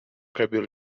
cabelo